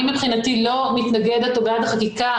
אני מבחינתי לא מתנגדת או בעד החקיקה.